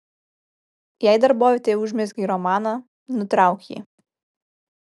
jei darbovietėje užmezgei romaną nutrauk jį